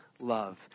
love